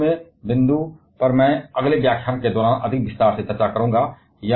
इस बिंदु पर मैं अगले व्याख्यान के दौरान अधिक विस्तार से चर्चा करूंगा